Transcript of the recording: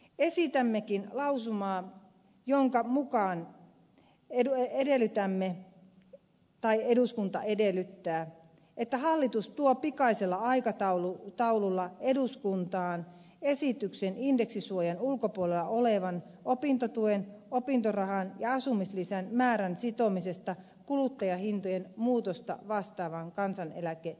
esitämmekin lausumaa jonka mukaan eduskunta edellyttää että hallitus tuo pikaisella aikataululla eduskuntaan esityksen indeksisuojan ulkopuolella olevan opintotuen opintorahan ja asumislisän määrän sitomisesta kuluttajahintojen muutosta vastaavaan kansaneläkeindeksiin